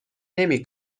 نمی